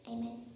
Amen